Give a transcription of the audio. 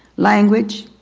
language,